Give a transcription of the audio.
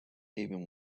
even